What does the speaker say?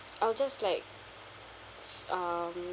I'll just like um